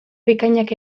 bikainak